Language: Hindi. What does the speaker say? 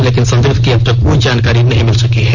लेकिन संदिग्ध की अब तक कोई जानकारी नहीं मिल सकी है